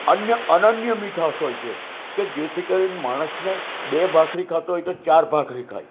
અન્ય અનન્ય મીઠાશ હોય છે કે જેથી કરી ને માણસને બે ભાખરી ખાતો હોય તો ચાર ભાખરી ખાય